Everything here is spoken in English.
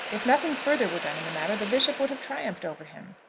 if nothing further were done in the matter, the bishop would have triumphed over him.